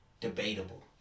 debatable